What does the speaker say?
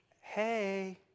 Hey